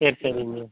சரி சரிங்க